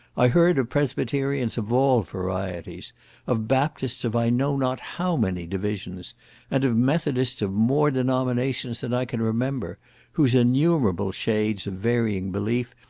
i heard of presbyterians of all varieties of baptists of i know not how many divisions and of methodists of more denominations than i can remember whose innumerable shades of varying belief,